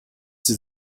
sie